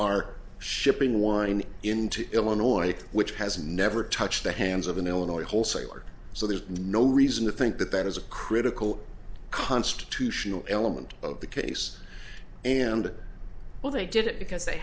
are shipping wine into illinois which has never touched the hands of an illinois wholesaler so there's no reason to think that that is a critical constitutional element of the case and well they did it because they